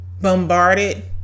bombarded